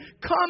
come